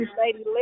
Lady